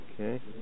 Okay